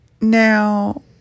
Now